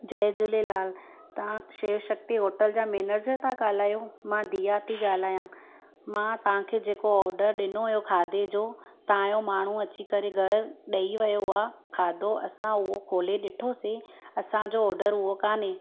जय झूलेलाल तव्हां शिव शक्ती होटल जा मेनेजर था ॻाल्हायो मां दिया थी ॻाल्हायां मां तव्हांखे जेको ऑडर ॾिनो हुयो खाधे जो तव्हांजो माण्हू अची करे घर ॾेई वियो आहे खाधो असां उहो खोले ॾिठोसीं असांजो ऑडर उहो कोन्हे